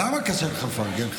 למה קשה לך לפרגן,